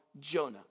Jonah